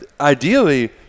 ideally